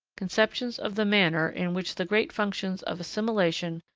conceptions of the manner in which the great functions of assimilation,